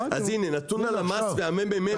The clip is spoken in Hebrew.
אז הינה נתון הלמ"ס והממ"מ.